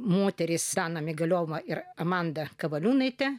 moterys dana migaliova ir amanda kavaliūnaitė